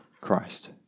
Christ